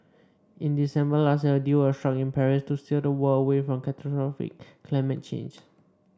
in December last year a deal was struck in Paris to steer the world away from catastrophic climate change